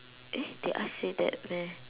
eh did I say that meh